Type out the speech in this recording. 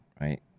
right